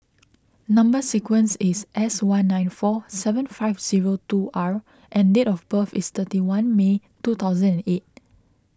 Number Sequence is S one nine four seven five zero two R and date of birth is thirty one May two thousand and eight